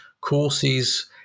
courses